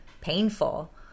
painful